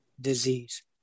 disease